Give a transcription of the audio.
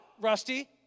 Rusty